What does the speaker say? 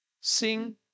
sing